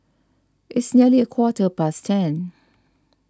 its nearly a quarter past ten